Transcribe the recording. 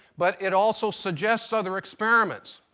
but it also suggests other experiments.